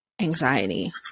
anxiety